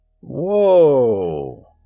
Whoa